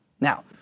Now